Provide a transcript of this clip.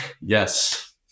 Yes